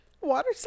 Water